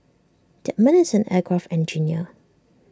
that man is an aircraft engineer